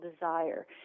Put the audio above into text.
desire